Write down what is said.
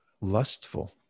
lustful